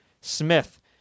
Smith